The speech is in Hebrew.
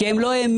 כי הם לא האמינו,